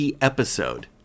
episode